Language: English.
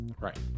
Right